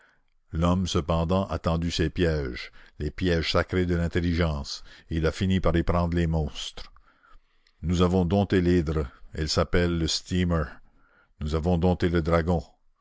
l'homme cependant a tendu ses pièges les pièges sacrés de l'intelligence et il a fini par y prendre les monstres nous avons dompté l'hydre et elle s'appelle le steamer nous avons dompté le dragon